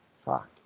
fuck